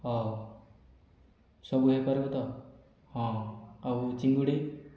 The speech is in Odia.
ହେଉ ସବୁ ହୋଇପାରିବ ତ ହଁ ଆଉ ଚିଙ୍ଗୁଡ଼ି